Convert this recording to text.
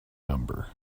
number